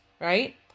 right